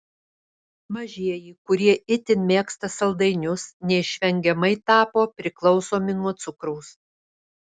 mažieji kurie itin mėgsta saldainius neišvengiamai tapo priklausomi nuo cukraus